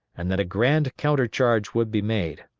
and that a grand counter-charge would be made.